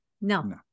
No